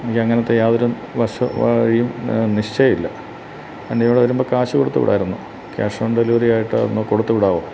എനിക്കങ്ങനത്തെ യാതൊരു വശ വഴിയും നിശ്ചയമില്ല അതുകൊണ്ടിവടെ വരുമ്പോള് കാശ് കൊടുത്തുവിടാമായിരുന്നു ക്യാഷോൺഡെലിവെറിയായിട്ടൊന്ന് കൊടുത്തുവിടാമോ